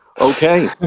Okay